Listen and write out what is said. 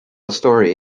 story